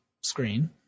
screen